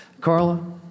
Carla